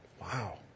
wow